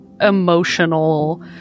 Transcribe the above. emotional